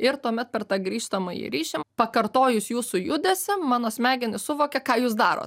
ir tuomet per tą grįžtamąjį ryšį pakartojus jūsų judesį mano smegenys suvokia ką jūs darot